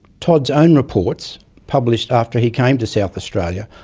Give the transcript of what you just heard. todd's own reports, published after he came to south australia,